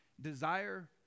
desire